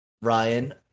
Ryan